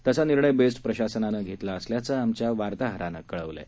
तसा निर्णय बेस्ट प्रशासनानं घेतला असल्याचं आमच्या वार्ताहरानं कळवलं आहे